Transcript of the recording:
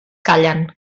callen